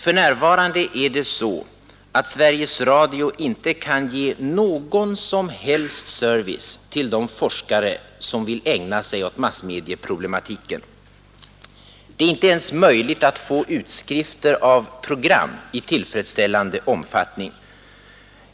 För närvarande kan inte Sveriges Radio ge någon som helst service till de forskare som vill ägna sig åt massmedieproblematiken. Det är inte ens möjligt att få utskrifter av program i tillfredsställande omfattning.